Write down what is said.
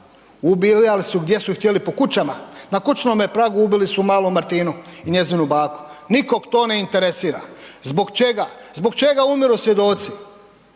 ubijali su gdje su htjeli, po kućama, na kućnome pragu ubili su malu Martinu i njezinu baku, nikog to ne interesira. Zbog čega? Zbog čega umiru svjedoci?